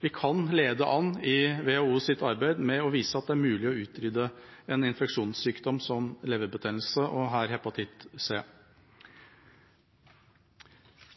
Vi kan lede an i WHOs arbeid med å vise at det er mulig å utrydde en infeksjonssykdom som leverbetennelse, og her hepatitt C.